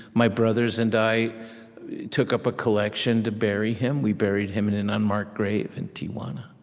my brothers and i took up a collection to bury him. we buried him in an unmarked grave in tijuana.